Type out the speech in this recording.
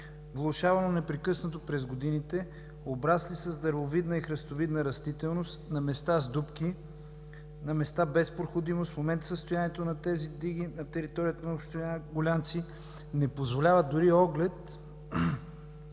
влошавано непрекъснато през годините, обрасли с дървовидна и храстовидна растителност, на места с дупки, на места без проходимост. В момента състоянието на тези диги на територията на община Гулянци не позволява дори оглед,